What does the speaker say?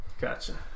Gotcha